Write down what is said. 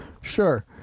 sure